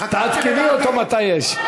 תעדכני אותו מתי יש.